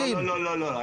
לאומי.